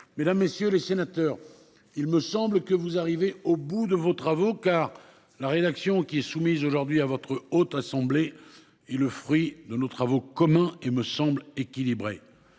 mesdames, messieurs les sénateurs. Il me semble que vous arrivez au bout de vos travaux car la rédaction qui est soumise aujourd'hui à votre haute assemblée est le fruit de nos travaux communs. Il me semble équilibré